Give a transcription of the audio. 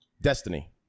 Destiny